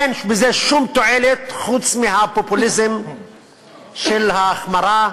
אין בזה שום תועלת חוץ מהפופוליזם של ההחמרה.